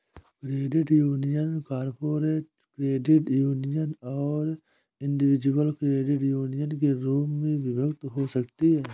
credit union corporate credit union और individual credit union के रूप में विभक्त हो सकती हैं